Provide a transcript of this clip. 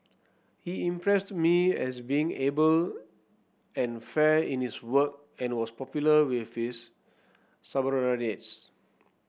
he impressed me as being able and fair in his work and was popular with his subordinates